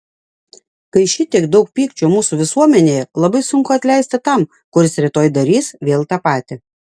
kai šitiek daug pykčio mūsų visuomenėje labai sunku atleisti tam kuris rytoj darys vėl tą patį